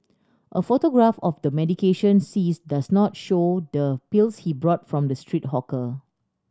a photograph of the medication seized does not show the pills he bought from the street hawker